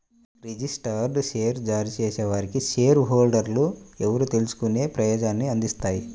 registered share జారీ చేసేవారికి share హోల్డర్లు ఎవరో తెలుసుకునే ప్రయోజనాన్ని అందిస్తాయి